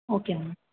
okay ma'am